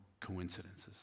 coincidences